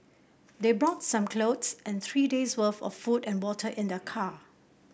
they brought some clothes and three days' worth of food and water in their car